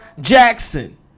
Jackson